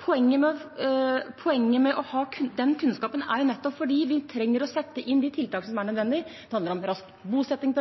Poenget med den kunnskapen er nettopp at vi trenger å sette inn de tiltakene som er nødvendige. Det handler om rask bosetting.